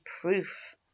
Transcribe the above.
proof